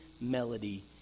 melody